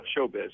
showbiz